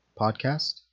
Podcast